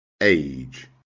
Age